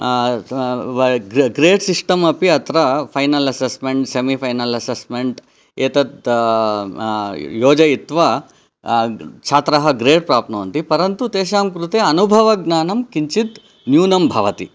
grade system अपि अत्र final assessment semifinal assessment एतत् योजयित्वा छात्राः ग्रेड् प्राप्नुवन्ति परन्तु तेषां कृते अनुभव ज्ञानं किञ्चित् न्यूनं भवति